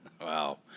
Wow